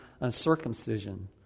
uncircumcision